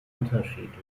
unterschiedlich